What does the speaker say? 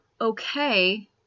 okay